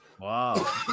Wow